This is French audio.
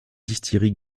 distillerie